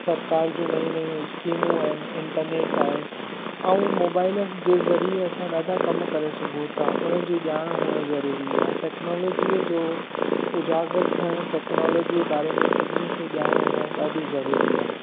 सरकार जो नयूं नयूं स्कीमू आहिनि इंटरनेट आहे ऐं मोबाइल जे ज़रिए असां ॾाढा कम करे सघूं था उन जी ॼाणु हुजणु ज़रूरी आहे टैक्नोलॉजीअ जो उजागर थियणु टैक्नोलॉजी जे बारे में सभिनी खे ॼाणु हुजणु ॾाढी ज़रूरी आहे